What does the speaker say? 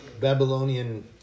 Babylonian